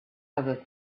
other